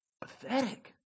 Pathetic